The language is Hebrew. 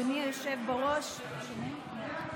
אדוני היושב-ראש, שומעים?